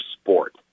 sport